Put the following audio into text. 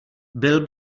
byl